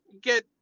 get